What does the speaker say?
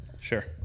sure